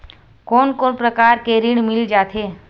कोन कोन प्रकार के ऋण मिल जाथे?